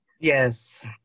yes